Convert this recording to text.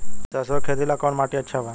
सरसों के खेती ला कवन माटी अच्छा बा?